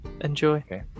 Enjoy